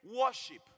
Worship